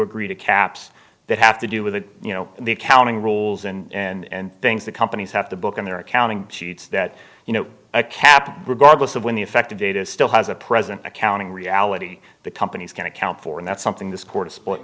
agree to caps that have to do with you know the accounting rules and things that companies have to book on their accounting sheets that you know a cap regardless of when the effective date is still has the president accounting reality the companies can account for and that's something this court split